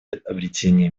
обретения